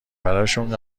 براشون